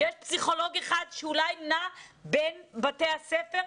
יש פסיכולוג אחד שאולי נע בין בתי הספר.